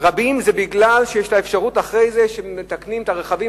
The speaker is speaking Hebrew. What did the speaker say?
רבות היא כי יש אפשרות אחרי זה לתקן את הרכבים